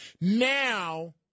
now